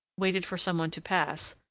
waited for some one to pass,